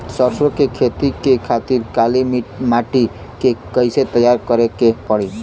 सरसो के खेती के खातिर काली माटी के कैसे तैयार करे के पड़ी?